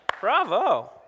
Bravo